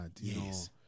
Yes